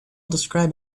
describe